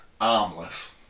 armless